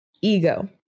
ego